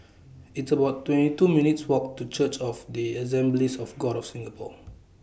It's about twenty two minutes' Walk to Church of The Assemblies of God of Singapore